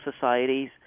Societies